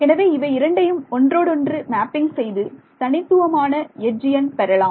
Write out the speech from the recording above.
எனவே இவை இரண்டையும் ஒன்றோடு ஒன்று மேப்பிங் செய்து தனித்துவமான எட்ஜ் எண் பெறலாம்